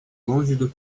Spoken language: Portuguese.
longe